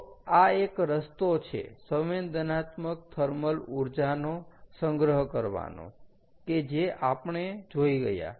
તો આ એક રસ્તો છે સંવેદનાત્મક થર્મલ ઊર્જા નો સંગ્રહ કરવાનો કે જે આપણે જોઈ ગયા